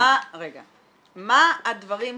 מה הדברים שצריך?